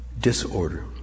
disorder